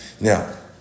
Now